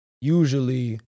usually